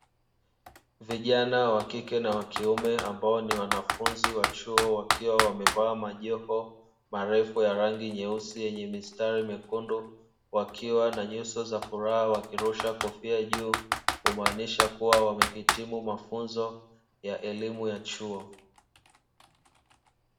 Vijana wa kike na wa kiume ambao ni wanafunzi wa chuo wakiwa wamevaa majoho marefu ya rangi nyeusi yenye mistari mekundu, wakiwa na nyuso za furaha, wakirusha kofia juu kumaanisha kuwa wamehitimu mafunzo ya elimu ya chuo.